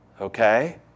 Okay